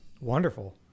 Wonderful